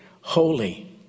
holy